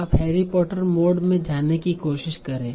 आप Harry Potter mode में जाने की कोशिश करें